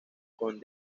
con